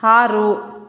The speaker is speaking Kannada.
ಆರು